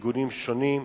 ארגונים שונים,